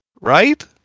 Right